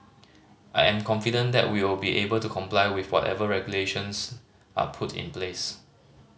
I am confident that we'll be able to comply with whatever regulations are put in place